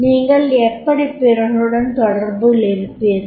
நீங்கள் எப்படி பிறருடன் தொடர்பிலிருப்பீர்கள்